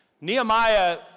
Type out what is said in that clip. Nehemiah